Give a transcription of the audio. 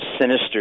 sinister